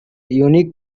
unique